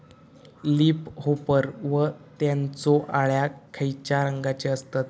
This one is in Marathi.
लीप होपर व त्यानचो अळ्या खैचे रंगाचे असतत?